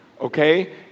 okay